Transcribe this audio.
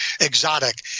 exotic